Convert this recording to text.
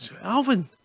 Alvin